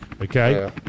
Okay